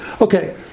Okay